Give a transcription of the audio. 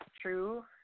True